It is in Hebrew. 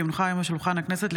כי הונחה היום על שולחן הכנסת,